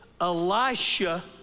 Elisha